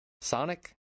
Sonic